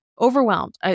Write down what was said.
overwhelmed